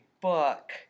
book